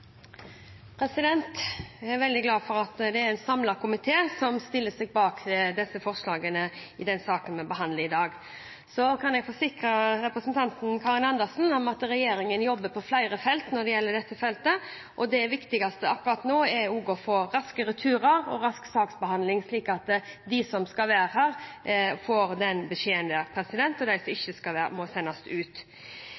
en samlet komité som stiller seg bak forslagene i den saken vi behandler i dag. Så kan jeg forsikre representanten Karin Andersen om at regjeringen jobber på flere områder når det gjelder dette feltet, og det viktigste akkurat nå er å få raske returer og rask saksbehandling – slik at de som skal være her, får den beskjeden, og at de som ikke skal være her, må sendes ut.